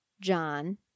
john